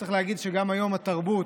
צריך להגיד שגם היום התרבות,